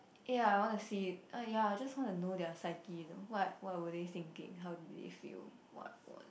ya I want to see uh ya I just want to know their psyche though what what were they thinking how did they feel what was